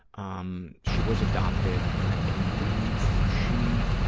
um she was adopted and i believe she